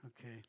Okay